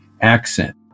accent